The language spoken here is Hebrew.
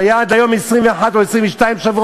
והיה עד היום 21 או 22 שבועות.